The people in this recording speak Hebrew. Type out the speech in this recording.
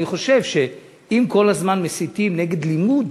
אני חושב שאם כל הזמן מסיתים נגד לימוד,